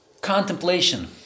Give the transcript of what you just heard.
Contemplation